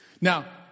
Now